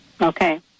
Okay